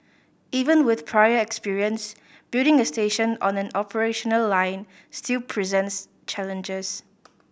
even with prior experience building a station on an operational line still presents challenges